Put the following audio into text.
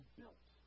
built